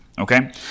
okay